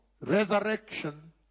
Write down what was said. resurrection